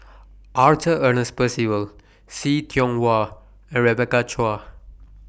Arthur Ernest Percival See Tiong Wah and Rebecca Chua